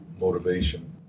motivation